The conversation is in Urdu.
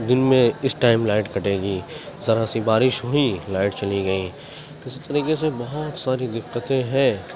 دن میں اس ٹائم لائٹ کٹے گی ذرا سی بارش ہوئی لائٹ چلی گئی اسی طریقے سے بہت ساری دقتیں ہیں